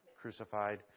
crucified